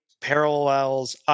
parallels